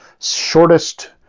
shortest